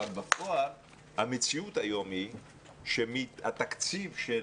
אבל בפועל המציאות היום היא שמהתקציב של